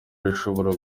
rishobora